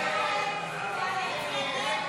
הסתייגות 33 לא נתקבלה.